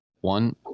One